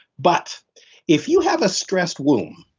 but if you have a stressed womb,